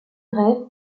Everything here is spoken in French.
grève